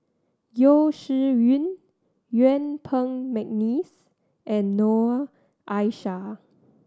Yeo Shih Yun Yuen Peng McNeice and Noor Aishah